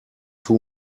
too